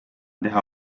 teha